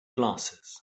glasses